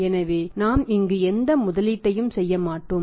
எனவே நாம் இங்கு எந்த முதலீட்டையும் செய்ய மாட்டோம்